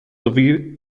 sowie